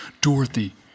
Dorothy